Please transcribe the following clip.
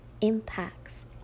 impacts